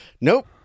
Nope